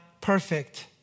perfect